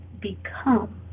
become